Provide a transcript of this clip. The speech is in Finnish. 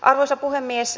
arvoisa puhemies